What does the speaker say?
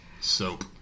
Soap